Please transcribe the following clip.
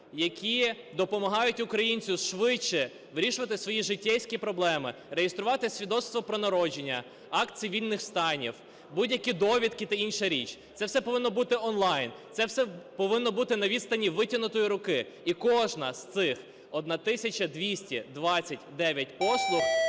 які допомагають українцю швидше вирішувати свої житейські проблеми: реєструвати свідоцтво про народження, акт цивільних станів, будь-які довідки та інша річ. Це все повинно бути онлайн. Це все повинно бути на відстані витягнутої руки. І кожна з цих 1 тисяча